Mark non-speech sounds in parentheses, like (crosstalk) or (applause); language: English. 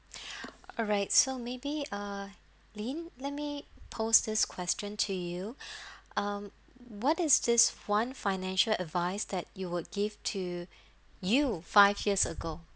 (breath) alright so maybe uh leen let me post this question to you (breath) um what is this one financial advice that you would give to you five years ago